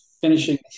finishing